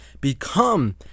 become